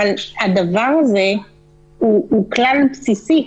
אבל הדבר הזה הוא כלל בסיסי,